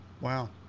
Wow